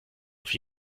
auf